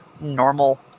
normal